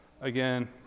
Again